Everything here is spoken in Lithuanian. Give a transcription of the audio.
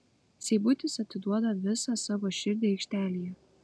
seibutis atiduoda visą savo širdį aikštelėje